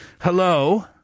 Hello